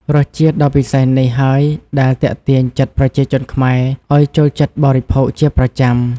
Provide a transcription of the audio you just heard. រសជាតិដ៏ពិសេសនេះហើយដែលទាក់ទាញចិត្តប្រជាជនខ្មែរឲ្យចូលចិត្តបរិភោគជាប្រចាំ។